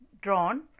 drawn